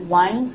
217421